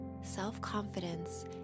self-confidence